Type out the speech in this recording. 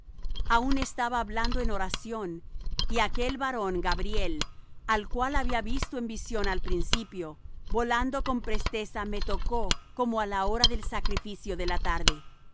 aun estaba hablando en oración y aquel varón gabriel al cual había visto en visión al principio volando con presteza me tocó como á la hora del sacrificio de la tarde